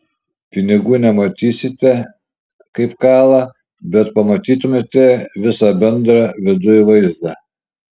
pinigų nematysite kaip kala bet pamatytumėte visą bendrą viduj vaizdą